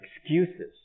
excuses